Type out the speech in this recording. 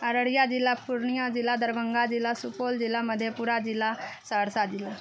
अररिया जिला पूर्णियाँ जिला दरभंगा जिला सुपौल जिला मधेपुरा जिला सहरसा जिला